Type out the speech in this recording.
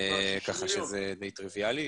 כך שזה די טריוויאלי.